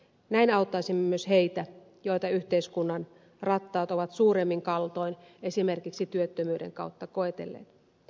näin auttaisimme myös niitä joita yhteiskunnan rattaat ovat enemmän kaltoin esimerkiksi työttömyyden kautta kohdelleet